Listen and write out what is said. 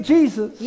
Jesus